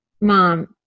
Mom